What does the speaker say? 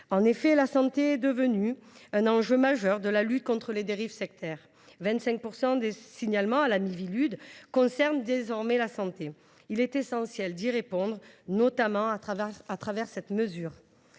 en effet devenue un enjeu majeur de la lutte contre les dérives sectaires : 25 % des signalements à la Miviludes concernent désormais ce domaine ! Il est essentiel d’y répondre, notamment au travers de cette mesure.